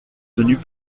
tenues